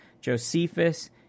Josephus